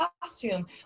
costume